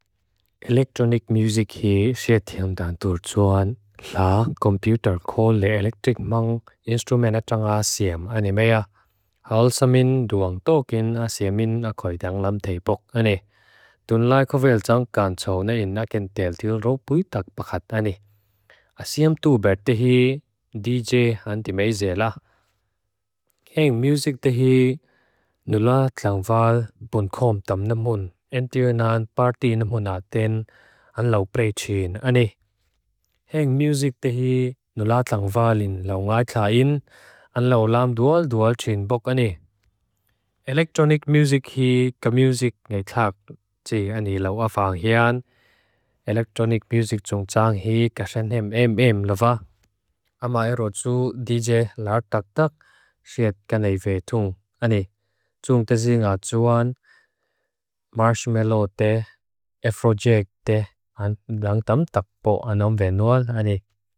Elektrônik muzik hi xetheam dan tur tsuan. Laa kompiuter ko le elektrik mang instrumenta tsang a siam ani mea. Halsa min duang tokin a siam min akhoi dang lam theipok ani. Tun lai kovel tsang kan tsao na ina ken tel til ropui tak pakat ani. A siam tubert tehi DJ hantimei zela. Heng muzik tehi nulat langval bunkom tam namun. Entiyonan parti namunaten anlau praecheen ani. Heng muzik tehi nulat langvalin lau ngai tlaa in. Anlau lam dual dual cheen bok ani. Elektrônik muzik hi ka muzik nei tlaak tse ani lau afang hean. Elektrônik muzik tsong tsaang hi kasanem em em lava. Amaero tsu DJ lar tak tak siat kanei fe tung ani. Tsung tezi nga tsuan marshmallow te efrojek te langtam takpo anam venual ani.